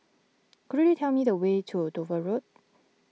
could you tell me the way to Dover Road